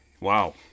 Wow